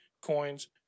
coins